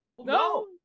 no